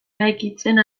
eraikitzen